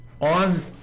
On